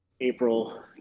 April